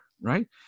Right